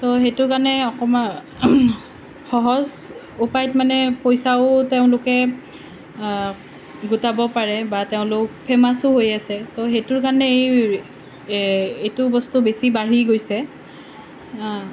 তো সেইটোৰ কাৰণে অকণমান সহজ উপায়ত মানে পইচাও তেওঁলোকে গোটাব পাৰে বা তেওঁলোক ফেমাচো হৈ আছে তো সেইটোৰ কাৰণে এইটো বস্তু বেছি বাঢ়ি গৈছে